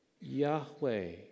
Yahweh